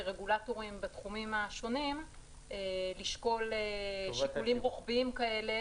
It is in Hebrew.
לרגולטורים בתחומים השונים לשקול שיקולים רוחביים כאלה